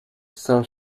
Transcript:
saint